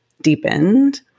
deepened